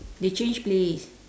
they change place